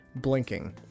blinking